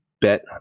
bet